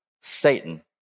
Satan